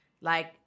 Like-